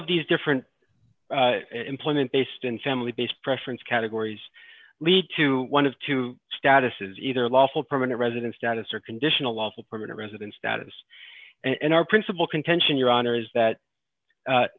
of these different employment based and family based preference categories lead to one of two statuses either lawful permanent resident status or conditional lawful permanent resident status and our principal contention your honor is that